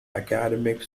academic